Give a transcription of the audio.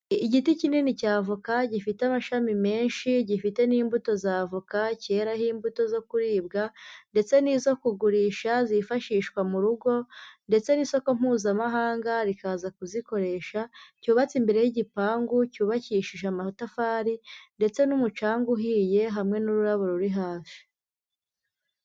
Igiti kinini cya avoka gifite amashami menshi, gifite n'imbuto za avoka, cyeraho imbuto zo kuribwa, ndetse n'izo kugurisha zifashishwa mu rugo ndetse n'isoko mpuzamahanga rikaza kuzikoresha, cyubatse imbere y'igipangu, cyubakishije amatafari, ndetse n'umucanga uhiye, hamwe n'ururabo ruri hafi.